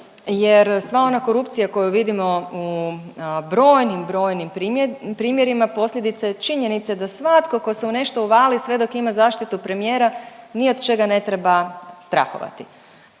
jer sva ona korupcija koju vidimo u brojnim, brojnim primjerima posljedica je činjenice da svatko ko se u nešto uvali sve dok ima zaštitu premijera ni od čega ne treba strahovati.